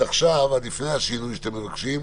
הכוונה עד עכשיו, עד לפני השינוי שאתם מבקשים,